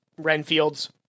Renfields